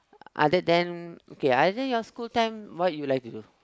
other than okay other than your school time what you like to do